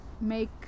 make